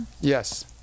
Yes